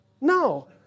no